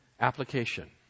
application